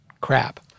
crap